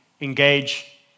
engage